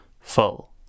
full